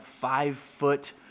five-foot